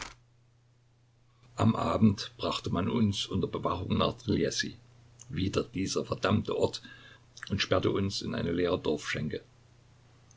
am abend brachte man uns unter bewachung nach triljessy wieder dieser verdammte ort und sperrte uns in eine leere